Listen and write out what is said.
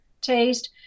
taste